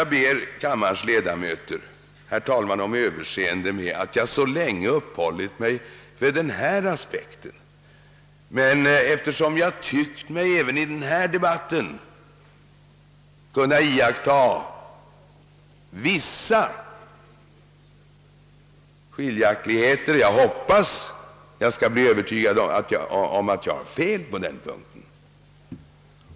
Jag ber kammarens ledamöter om överseende med att jag så länge uppehållit mig vid denna aspekt, men jag har gjort det eftersom jag tycker mig även i denna debatt kunna iaktta vissa skiljaktigheter — jag hoppas dock att jag kommer att bli övertygad om att jag har fel på denna punkt.